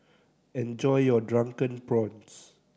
enjoy your Drunken Prawns